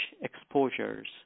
exposures